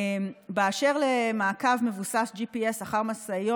אשר למעקב מבוסס GPS אחר משאיות,